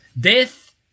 Death